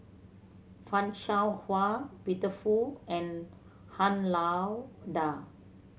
Fan Shao Hua Peter Fu and Han Lao Da